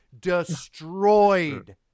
destroyed